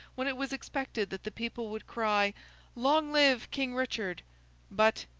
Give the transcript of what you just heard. when it was expected that the people would cry long live king richard but,